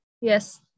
Yes